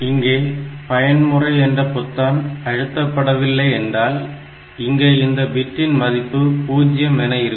இங்கே பயன்முறை என்ற பொத்தான் அழுத்தப்படவில்லை என்றால் இங்கே இந்த பிட்டின் மதிப்பு 0 என bit0 இருக்கும்